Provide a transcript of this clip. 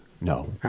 No